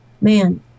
man